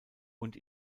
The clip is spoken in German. und